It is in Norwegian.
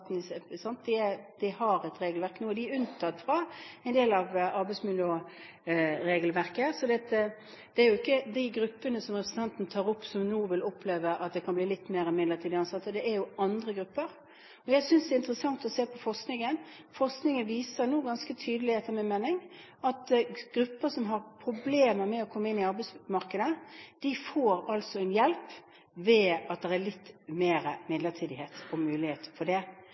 de har et regelverk – nå er de unntatt fra en del av arbeidsmiljøregelverket. Så det er ikke de gruppene som representanten tar opp, som nå vil oppleve at det kan bli litt mer midlertidig ansatte – det er andre grupper. Jeg synes det er interessant å se på forskningen. Den viser nå ganske tydelig, etter min mening, at grupper som har problemer med å komme inn i arbeidsmarkedet, de får altså en hjelp ved at det er litt mer midlertidighet og mulighet for det.